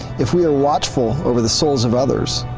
if we are watchful over the souls of others,